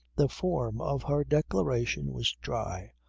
the form of her declaration was dry,